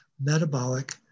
metabolic